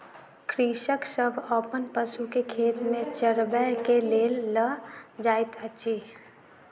कृषक सभ अपन पशु के खेत में चरबै के लेल लअ जाइत अछि